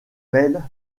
mail